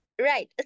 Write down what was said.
Right